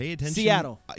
Seattle